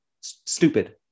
stupid